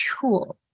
tool